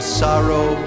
sorrow